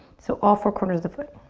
so all four corners of the foot.